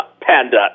panda